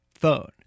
phone